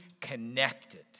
connected